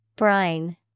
Brine